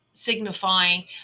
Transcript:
signifying